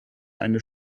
eine